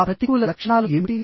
ఆ ప్రతికూల లక్షణాలు ఏమిటి